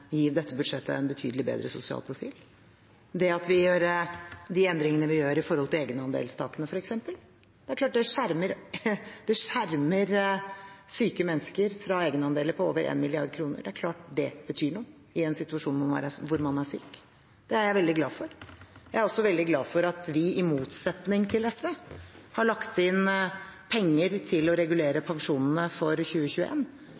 dette budsjettet en betydelig bedre sosial profil. Det at vi gjør de endringene vi gjør når det gjelder egenandelstakene, f.eks., skjermer syke mennesker for egenandeler på over 1 mrd. kr – det er klart det betyr noe i en situasjon hvor man er syk. Det er jeg veldig glad for. Jeg er også veldig glad for at vi i motsetning til SV har lagt inn penger til å regulere